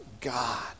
God